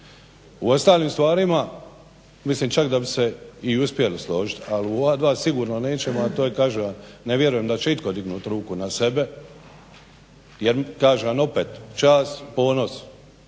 U ostalim stvarima mislim da bi se i uspjeli složiti, ali u ova dva sigurno nećemo, a to je kažem vam ne vjerujem da će itko dignut ruku na sebe. Jer kažem opet čast, ponos.